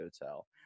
Hotel